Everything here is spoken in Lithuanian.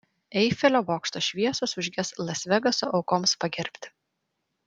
eifelio bokšto šviesos užges las vegaso aukoms pagerbti